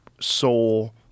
soul